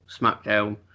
SmackDown